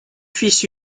fils